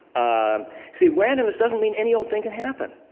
um see, randomness doesn't mean any old thing can happen.